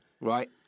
right